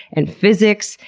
and physics,